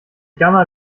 gamma